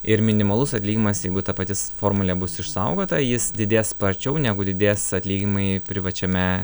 ir minimalus atlyginimas jeigu ta patis formulė bus išsaugota jis didės sparčiau negu didės atlyginimai privačiame